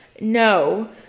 no